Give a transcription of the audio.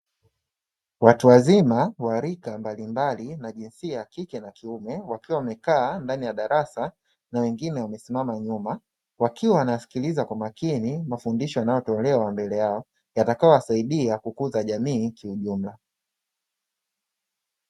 Watu wazima wa rika mbalimbali na jinsia ya kike na ya kiume, wakiwa wamekaa ndani ya darasa na wengine wamesimama nyuma, wakiwa wanasikiliza kwa makini mafundisho yanayotolewa mbele yao, yatakayowasaidia kukuza jamii kiujumla.